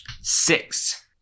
six